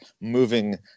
moving